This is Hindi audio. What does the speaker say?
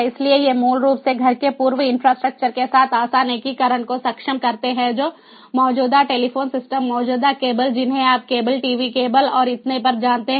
इसलिए ये मूल रूप से घर के पूर्व इंफ्रास्ट्रक्चर के साथ आसान एकीकरण को सक्षम करते हैं जैसे मौजूदा टेलीफोन सिस्टम मौजूदा केबल जिन्हें आप केबल टीवी केबल और इतने पर जानते हैं